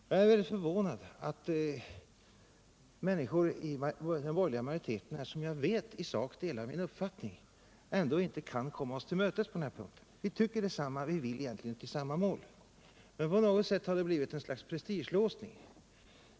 Och jag är väldigt förvånad över att människor inom den borgerliga majoriteten, som jag vet i sak delar min uppfattning, ändå inte kan komma oss till mötes på den här punkten. Vi tycker detsamma och vi vill egentligen nå samma mål, men på något sätt har det blivit ett slags prestigelåsning.